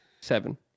seven